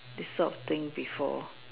this sort of thing before